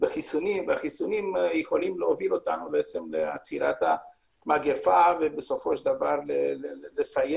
שיכולים להוביל אותנו לעצירת המגפה ולסיים